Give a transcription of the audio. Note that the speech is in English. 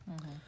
Okay